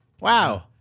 Wow